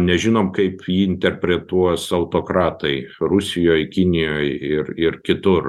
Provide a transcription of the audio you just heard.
nežinom kaip jį interpretuos autokratai rusijoj kinijoj ir ir kitur